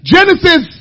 Genesis